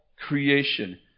creation